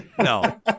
No